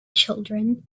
children